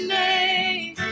name